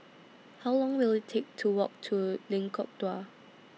How Long Will IT Take to Walk to Lengkok Dua